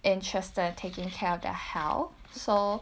interested in taking care of their health so